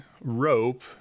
rope